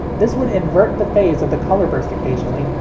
this would invert the phase of the colorburst occasionally,